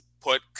put